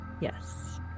Yes